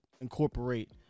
incorporate